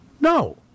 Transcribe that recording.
No